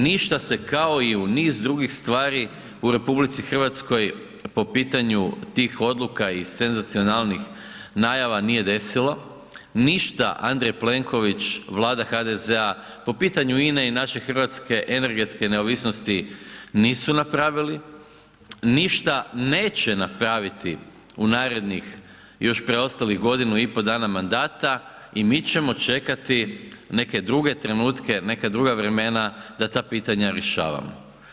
Ništa se kao i u niz drugih stvari u RH po pitanju tih odluka i senzacionalnih najava nije desilo, ništa Andrej Plenković, Vlada HDZ-a po pitanju INA-e i naše hrvatske energetske neovisnosti nisu napravili, ništa neće napraviti u narednih još preostalih godinu i pol dana mandata i mi ćemo čekati neke druge trenutke, neka druga vremena da ta pitanja rješavamo.